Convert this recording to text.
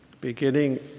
beginning